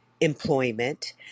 employment